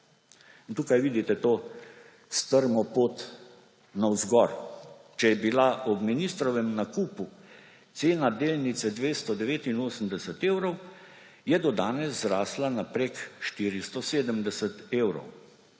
tukaj vidite to strmo pot navzgor. Če je bila ob ministrovem nakupu cena delnice 289 evrov, je do danes zrasla na preko 470 evrov.